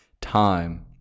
time